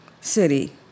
city